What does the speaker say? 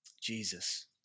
Jesus